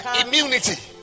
immunity